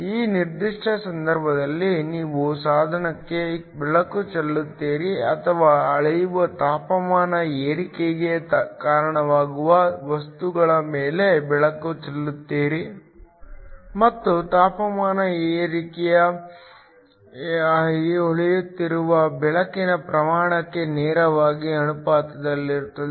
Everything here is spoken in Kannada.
ಈ ನಿರ್ದಿಷ್ಟ ಸಂದರ್ಭದಲ್ಲಿ ನೀವು ಸಾಧನಕ್ಕೆ ಬೆಳಕು ಚೆಲ್ಲುತ್ತೀರಿ ಅಥವಾ ಅಳೆಯುವ ತಾಪಮಾನ ಏರಿಕೆಗೆ ಕಾರಣವಾಗುವ ವಸ್ತುಗಳ ಮೇಲೆ ಬೆಳಕು ಚೆಲ್ಲುತ್ತೀರಿ ಮತ್ತು ತಾಪಮಾನ ಏರಿಕೆಯು ಹೊಳೆಯುತ್ತಿರುವ ಬೆಳಕಿನ ಪ್ರಮಾಣಕ್ಕೆ ನೇರವಾಗಿ ಅನುಪಾತದಲ್ಲಿರುತ್ತದೆ